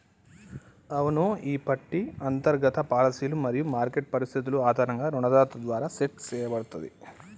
అవును ఈ పట్టి అంతర్గత పాలసీలు మరియు మార్కెట్ పరిస్థితులు ఆధారంగా రుణదాత ద్వారా సెట్ సేయబడుతుంది